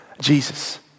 Jesus